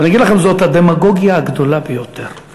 אני אגיד לכם: זאת הדמגוגיה הגדולה ביותר.